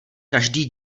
každý